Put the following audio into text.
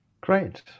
Great